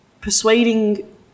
persuading